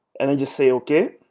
and then just say okay.